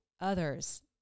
others